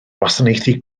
wasanaethu